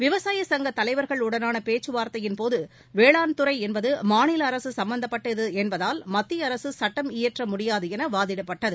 விவசாய சங்க தலைவர்களுடனான பேச்சுவார்த்தையின்போது வேளாண்துறை என்பது மாநில அரசு சும்பந்தப்பட்டது என்பதால் மத்திய அரசு சுட்டம் இயற்ற முடியாது என வாதிடப்பட்டது